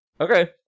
Okay